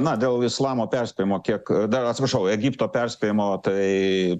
na dėl islamo perspėjimo kiek dar atsiprašau egipto perspėjimo tai